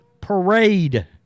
parade